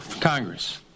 Congress